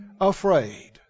afraid